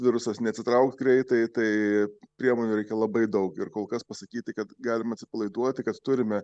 virusas neatsitrauks greitai tai priemonių reikia labai daug ir kol kas pasakyti kad galima atsipalaiduoti kad turime